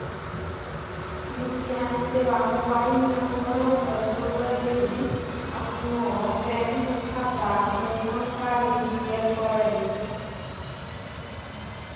UPI सेबा mobile नंबरो से जोड़ै लेली अपनो बैंक खाता के जानकारी दिये पड़ै छै